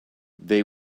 they